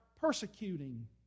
persecuting